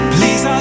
Please